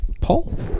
Paul